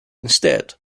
instead